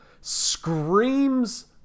screams